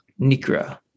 Nikra